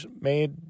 made